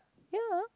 ya